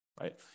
right